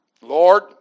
Lord